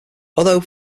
although